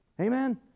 Amen